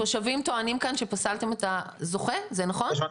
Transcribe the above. התושבים טוענים כאן שפסלתם את הזוכה, זה נכון?